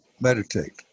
meditate